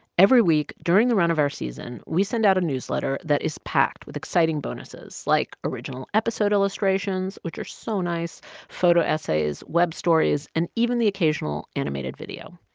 every week, during the run of our season, we send out a newsletter that is packed with exciting bonuses like original episode illustrations which are so nice photo essays, web stories and even the occasional animated video.